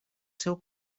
seu